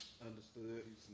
Understood